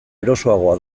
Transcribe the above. erosoagoa